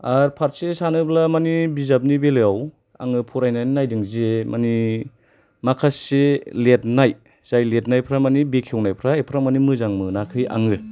आरो फारसे सानोब्ला माने बिजाबनि बेलायाव आङो फरायनानै नायदों जे माने माखासे लिरनाय जाय लिरनायफोरा माने बेखेवनायफोरा एफाराब माने मोजां मोनाखै आङो